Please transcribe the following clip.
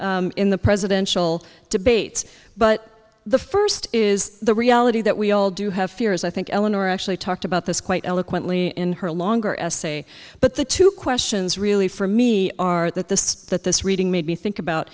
in the presidential debates but the first is the reality that we all do have fears i think eleanor actually talked about this quite eloquently in her longer essay but the two questions really for me are that the that this reading made me think about